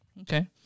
Okay